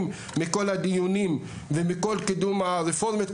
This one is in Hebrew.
מכל הדיונים ומכל קידום הרפורמות.